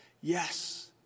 Yes